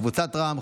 קבוצת סיעת רע"מ,